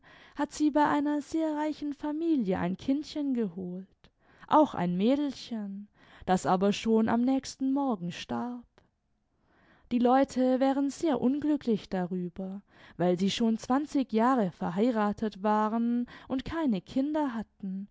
hat sie bei einer sehr reichen familie ein kindchen geholt auch ein mädelchen das aber schon am nächsten morgen starb die leute wären sehr unglücklich darüber weil sie schon zwanzig jahre verheiratet waren und keine kinder hatten